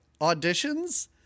auditions